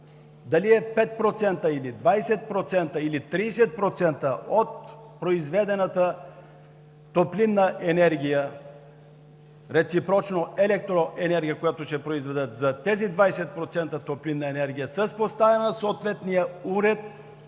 дали е 5%, или 20%, или 30% от произведената топлинна енергия, реципрочно електроенергия, която ще произведат, за тези 20% топлинна енергия, с поставяне на съответния уред,